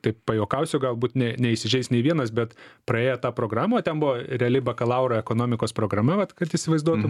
taip pajuokausiu galbūt ne neįsižeis nei vienas bet praėję tą programą o ten buvo reali bakalauro ekonomikos programa vat kad įsivaizduotum